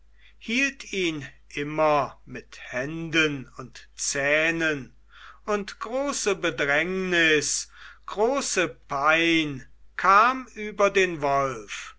hielt ihn immer mit händen und zähnen und große bedrängnis große pein kam über den wolf